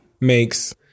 makes